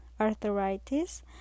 arthritis